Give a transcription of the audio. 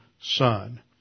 son